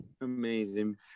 Amazing